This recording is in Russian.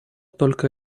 только